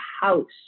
house